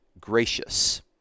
gracious